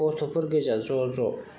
गथ'फोर गोजा ज' ज'